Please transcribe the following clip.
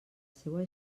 seua